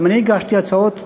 גם אני הגשתי הצעות כאלה,